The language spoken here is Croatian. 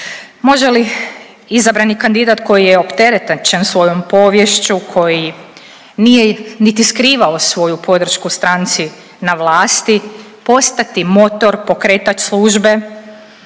Može li izabrani kandidat koji je opterećen svojom poviješću koji nije niti skrivao svoju podršku stranci na vlasti postati motor, pokretač službe,